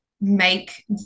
make